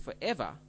forever